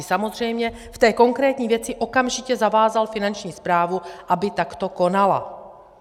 Samozřejmě, v té konkrétní věci okamžitě zavázal Finanční správu, aby takto konala.